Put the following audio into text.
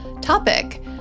topic